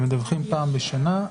הם מדווחים פעם בשנה,